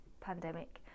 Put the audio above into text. pandemic